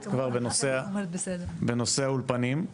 בנושא האולפנים,